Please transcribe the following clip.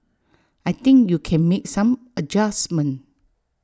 I think you can make some adjustments